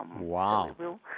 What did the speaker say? Wow